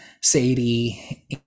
sadie